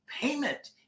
payment